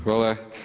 Hvala.